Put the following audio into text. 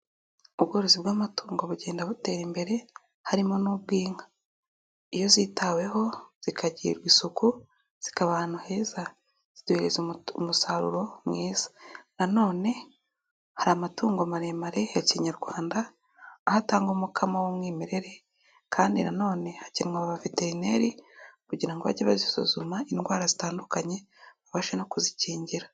Ubworozi bw'amatungo bugenda butera imbere, harimo n'ubw'inka, iyo zitaweho zikagirirwa isuku, zikaba ahantu heza, ziduhereza umusaruro mwiza, nanone hari amatungo maremare ya kinyarwanda, aho atanga umkamo w'umwimerere kandi nanone hakenerwa aba baveterineri kugira ngo bajye bazisuzuma indwara zitandukanye babashe no kuzikingira.